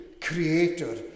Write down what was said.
creator